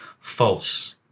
false